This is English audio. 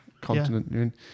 continent